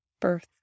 birth